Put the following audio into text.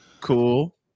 Cool